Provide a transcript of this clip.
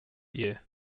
year